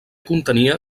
contenia